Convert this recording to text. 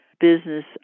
business